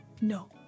No